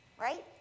Right